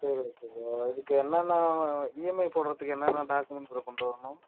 சரி okay bro அதுக்கு என்னன்னா இஎம்ஐ போடுறதுக்கு என்னன்னா டாக்குமெண்ட் ப்ரோ கொண்டு வரணும்